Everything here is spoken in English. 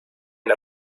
and